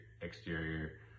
exterior